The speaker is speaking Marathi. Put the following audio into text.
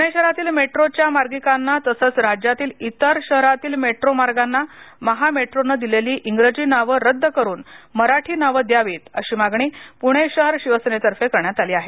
पुणे शहरातील मेट्रोच्या मार्गीकांना तसंच राज्यातील इतर शहरातील मेट्रो मार्गांना महामेट्रोने दिलेली इंग्रजी नावं रद्द करून मराठी नावे द्यावीत अशी मागणी पुणे शहर शिवसेनेतर्फे करण्यात आली आहे